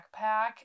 backpack